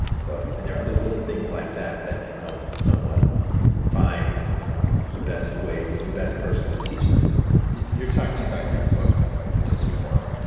so and there are other little things like that that can help someone find um the best way, the best person to teach them you're talking about your book ah bliss more.